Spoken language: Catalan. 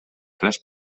tres